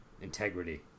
integrity